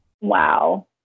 Wow